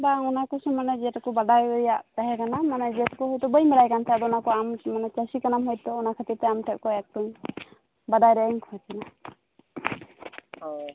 ᱵᱟᱝ ᱚᱱᱟᱠᱚ ᱥᱚᱢᱢᱚᱱᱫᱷᱮ ᱡᱮᱴᱩᱠᱩ ᱵᱟᱰᱟᱭ ᱨᱮᱭᱟᱜ ᱛᱟᱦᱮᱸ ᱠᱟᱱᱟ ᱢᱟᱱᱮ ᱡᱚᱛᱚ ᱛᱚ ᱵᱟᱹᱧ ᱵᱟᱲᱟᱭ ᱠᱟᱱ ᱛᱟᱦᱮᱱ ᱚᱱᱟᱛᱮ ᱟᱢ ᱫᱚ ᱪᱟᱥᱤ ᱠᱟᱱᱟᱢ ᱦᱚᱭᱛᱚ ᱚᱱᱟ ᱠᱷᱟᱹᱛᱤᱨ ᱛᱮ ᱟᱢ ᱴᱷᱮᱡ ᱠᱷᱚᱡ ᱮᱠᱴᱩ ᱵᱟᱰᱟᱭ ᱨᱮᱱᱟᱜ ᱤᱧ ᱠᱷᱚᱡᱽ ᱠᱟᱱᱟ ᱚᱻ